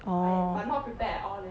oh